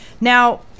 Now